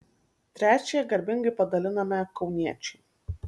trečiąją garbingai padalinome kauniečiui